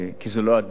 כי זו לא הדרך.